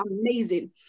amazing